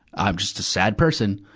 i'm just a sad person.